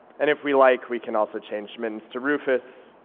and if we like, we can also change mittens to rufus.